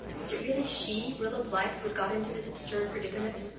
was it really she, rilla blythe, who had got into this absurd predicament?